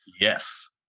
Yes